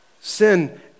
Sin